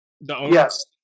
Yes